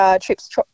trips